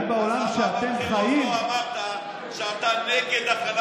אז למה בבחירות לא אמרת שאתה נגד החלת הריבונות?